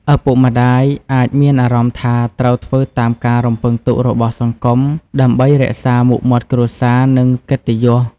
ឪពុកម្ដាយអាចមានអារម្មណ៍ថាត្រូវធ្វើតាមការរំពឹងទុករបស់សង្គមដើម្បី រក្សាមុខមាត់គ្រួសារ និងកិត្តិយស។